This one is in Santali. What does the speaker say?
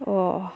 ᱚᱻ